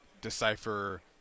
decipher